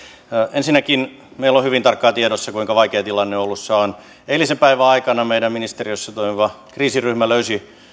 ensinnäkin meillä on hyvin tarkkaan tiedossa kuinka vaikea tilanne oulussa on eilisen päivän aikana meidän ministeriössä toimiva kriisiryhmä löysi